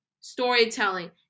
storytelling